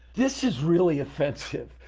this is really offensive.